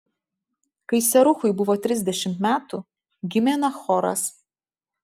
kai seruchui buvo trisdešimt metų gimė nachoras